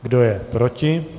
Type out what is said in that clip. Kdo je proti?